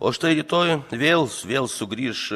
o štai rytoj vėl vėl sugrįš